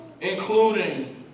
including